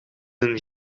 een